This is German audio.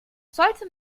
sollte